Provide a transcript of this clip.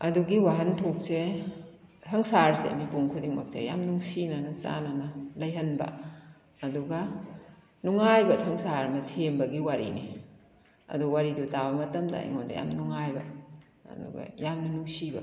ꯑꯗꯨꯒꯤ ꯋꯥꯍꯟꯊꯣꯛꯁꯦ ꯁꯪꯁꯥꯔꯁꯦ ꯃꯤꯄꯨꯡ ꯈꯨꯗꯤꯡꯃꯛꯁꯦ ꯌꯥꯝ ꯅꯨꯡꯁꯤꯅꯅ ꯆꯥꯅꯅ ꯂꯩꯍꯟꯕ ꯑꯗꯨꯒ ꯅꯨꯡꯉꯥꯏꯕ ꯁꯪꯁꯥꯔ ꯑꯃ ꯁꯦꯝꯕꯒꯤ ꯋꯥꯔꯤꯅꯤ ꯑꯗꯨ ꯋꯥꯔꯤꯗꯨ ꯇꯥꯕ ꯃꯇꯝꯗ ꯑꯩꯉꯣꯟꯗ ꯌꯥꯝ ꯅꯨꯡꯉꯥꯏꯕ ꯑꯗꯨꯒ ꯌꯥꯝꯅ ꯅꯨꯡꯁꯤꯕ